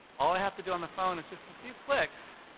all i have to do on the phone is just a few clicks,